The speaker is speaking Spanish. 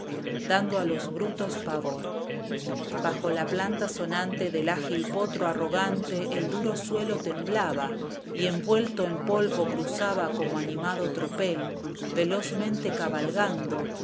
dando a los brutos pavor bajo la planta sonante del ágil potro arrogante el duro suelo temblaba y envuelto en polvo cruzaba como animado tropel velozmente cabalgando